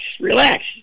relax